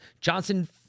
Johnson